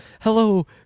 hello